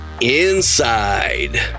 Inside